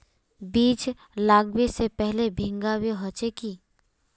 बीज लागबे से पहले भींगावे होचे की?